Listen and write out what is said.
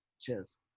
Cheers